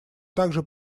также